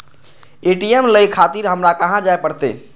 ATM ले खातिर हमरो कहाँ जाए परतें?